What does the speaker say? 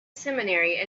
seminary